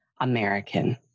American